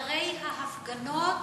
תיירי ההפגנות?